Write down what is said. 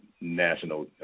national